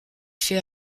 fait